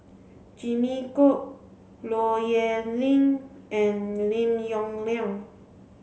Jimmy Chok Low Yen Ling and Lim Yong Liang